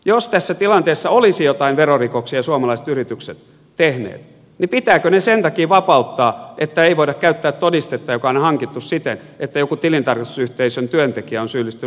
jos tässä tilanteessa olisivat jotain verorikoksia suomalaiset yritykset tehneet niin pitääkö ne sen takia vapauttaa että ei voida käyttää todistetta joka on hankittu siten että joku tilintarkastusyhteisön työntekijä on syyllistynyt laittomuuteen